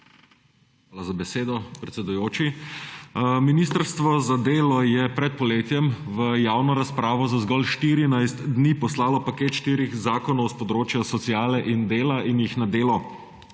Hvala za besedo, predsedujoči. Ministrstvo za delo je pred poletjem v javno razpravo za zgolj 14 dni poslalo paket štirih zakonov s področja sociale in dela in jim nadelo